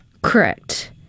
Correct